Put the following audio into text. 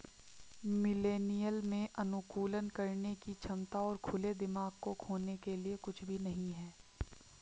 millennial में अनुकूलन करने की क्षमता और खुले दिमाग को खोने के लिए कुछ भी नहीं है